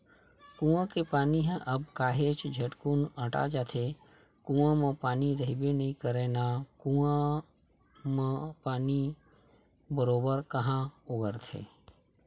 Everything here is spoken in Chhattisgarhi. कुँआ के पानी ह अब काहेच झटकुन अटा जाथे, कुँआ म पानी रहिबे नइ करय ना अब कुँआ मन म पानी बरोबर काँहा ओगरथे